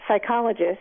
psychologist